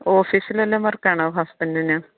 ഓഫീസിൽ വല്ലതും വർക്ക് ആണോ ഹസ്ബൻ്റിന്